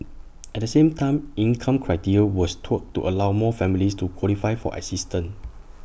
at the same time income criteria was tweaked to allow more families to qualify for assistance